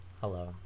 Hello